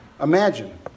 Imagine